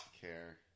care